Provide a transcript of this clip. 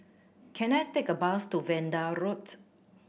can I take a bus to Vanda Road